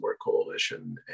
coalition